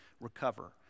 recover